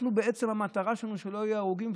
בעצם המטרה שלנו היא שלא יהיו הרוגים,